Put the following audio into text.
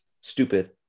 stupid